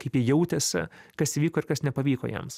kaip jie jautėsi kas įvyko ir kas nepavyko jiems